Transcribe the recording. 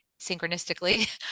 synchronistically